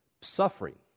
suffering